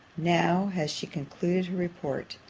now has she concluded her report!